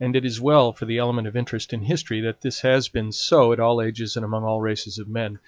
and it is well for the element of interest in history that this has been so at all ages and among all races of men.